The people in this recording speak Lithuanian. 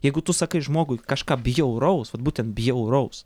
jeigu tu sakai žmogui kažką bjauraus vat būtent bjauraus